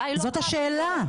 זאת השאלה,